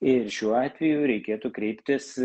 ir šiuo atveju reikėtų kreiptis